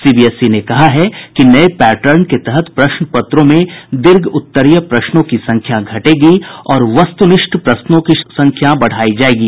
CBSE ने कहा है कि नये पैटर्न के तहत प्रश्न पत्रों में दीर्घउत्तरीय प्रश्नों की संख्या घटेगी और वस्तुनिष्ठ प्रश्नों की संख्या बढ़ायी जायेगी